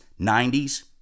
90s